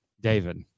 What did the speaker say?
David